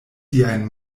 siajn